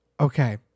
Okay